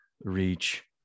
reach